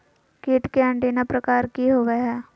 कीट के एंटीना प्रकार कि होवय हैय?